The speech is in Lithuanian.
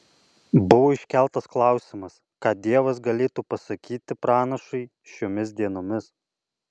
buvo iškeltas klausimas ką dievas galėtų pasakyti pranašui šiomis dienomis